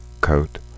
coat